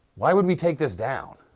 why would be take this down?